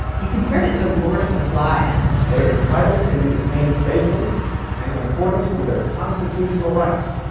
he compared it to lord of the flies they are entitled to be detained safely and in accordance with their constitutional rights,